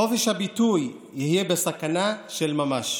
חופש הביטוי יהיה בסכנה של ממש.